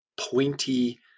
pointy